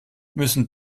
müssen